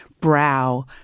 brow